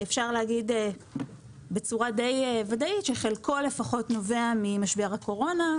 אפשר להגיד בצורה די ודאית שחלקו לפחות נובע ממשבר הקורונה,